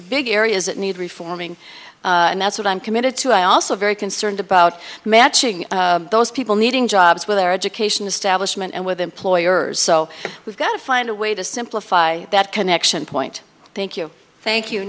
big areas that need reforming and that's what i'm committed to i also very concerned about matching those people needing jobs with their education establishment and with employers so we've got to find a way to simplify that connection point thank you thank you